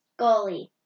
Goalie